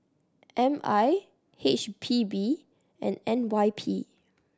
M I H P B and N Y P